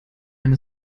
eine